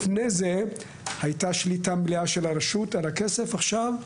לפני כן לרשות הייתה שליטה מלאה על הכסף, ועכשיו,